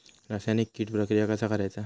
रासायनिक कीड प्रक्रिया कसा करायचा?